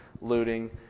looting